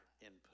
input